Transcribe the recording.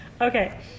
Okay